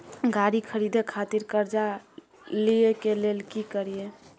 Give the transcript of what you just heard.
गाड़ी खरीदे खातिर कर्जा लिए के लेल की करिए?